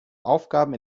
aufgaben